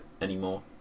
anymore